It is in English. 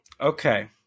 Okay